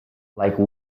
like